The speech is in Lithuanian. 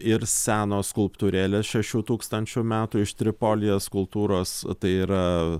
ir senos skulptūrėlės šešių tūkstančių metų iš tripolijos kultūros tai yra